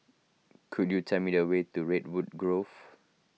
could you tell me the way to Redwood Grove